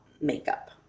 makeup